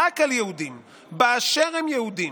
רק על יהודים באשר הם יהודים,